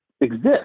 exist